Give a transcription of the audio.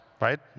right